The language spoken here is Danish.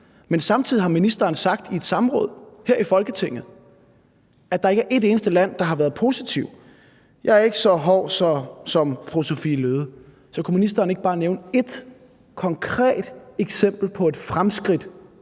Men samtidig har ministeren sagt i et samråd her i Folketinget, at der ikke er et eneste land, der har været positivt indstillet. Jeg er ikke så hård som fru Sophie Løhde, så kunne ministeren ikke bare nævne ét konkret eksempel på et fremskridt